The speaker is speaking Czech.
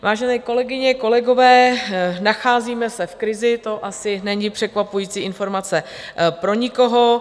Vážené kolegyně, kolegové, nacházíme se v krizi, to asi není překvapující informace pro nikoho.